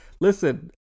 Listen